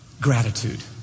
gratitude